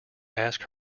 ask